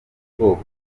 ubwoko